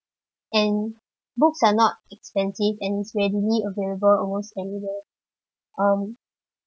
and books are not expensive and it's readily available almost anywhere um